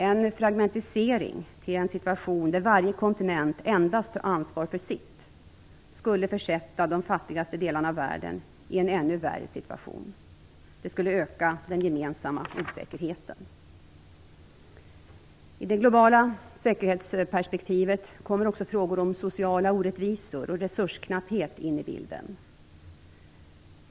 En fragmentisering till en situation där varje kontinent endast tar ansvar för sitt, skulle försätta de fattigaste delarna av världen i en ännu värre situation. Det skulle öka den gemensamma osäkerheten. I det globala säkerhetsperspektivet kommer också frågor om sociala orättvisor och resursknapphet in i bilden.